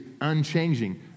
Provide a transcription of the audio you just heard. unchanging